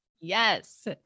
Yes